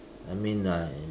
I mean like